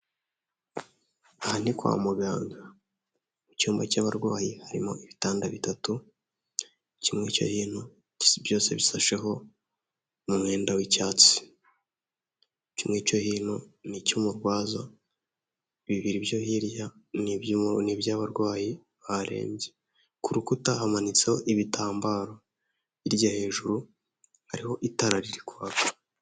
Aha ni kwa muganga, mu cyumba cy'abarwayi harimo ibitanda bitatu, kimwe icyo hino byose bisashaho umwenda w'icyatsi, kimwe cyo hino n'icy'umurwaza, bibiri byo hirya n'iby'abarwayi barembye, ku rukuta hamanitseho ibitambaro, hirya hejuru hariho itara riri kwaka.